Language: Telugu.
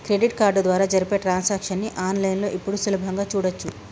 క్రెడిట్ కార్డు ద్వారా జరిపే ట్రాన్సాక్షన్స్ ని ఆన్ లైన్ లో ఇప్పుడు సులభంగా చూడచ్చు